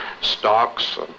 stocks